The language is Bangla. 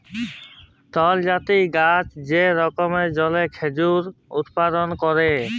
তালজাতীয় গাহাচ যেট কম জলে খেজুর উৎপাদল ক্যরে